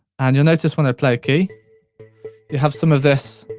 and you'll notice when i play a key. you have some of this,